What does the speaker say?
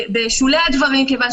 בסופו של דבר הנושא